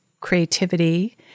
creativity